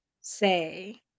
say